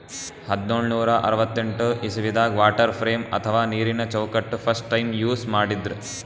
ಹದ್ದ್ನೋಳ್ ನೂರಾ ಅರವತ್ತೆಂಟ್ ಇಸವಿದಾಗ್ ವಾಟರ್ ಫ್ರೇಮ್ ಅಥವಾ ನೀರಿನ ಚೌಕಟ್ಟ್ ಫಸ್ಟ್ ಟೈಮ್ ಯೂಸ್ ಮಾಡಿದ್ರ್